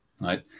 Right